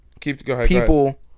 people